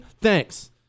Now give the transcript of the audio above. Thanks